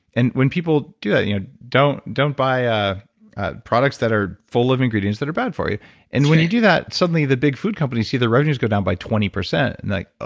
and when people do ah you know that, don't buy ah ah products that are full of ingredients that are bad for you and when you do that, suddenly the big food companies see their revenues go down by twenty percent. like, ah,